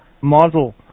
model